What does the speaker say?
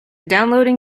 downloading